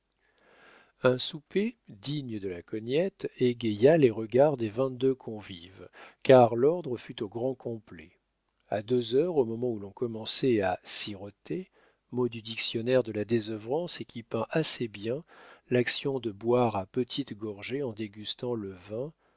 un souper digne de la cognette égaya les regards des vingt-deux convives car l'ordre fut au grand complet a deux heures au moment où l'on commençait à siroter mot du dictionnaire de la désœuvrance et qui peint assez bien l'action de boire à petites gorgées en dégustant le vin